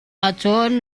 ahcun